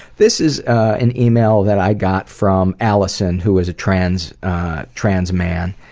this is an email that i got from alison, who is a trans trans man.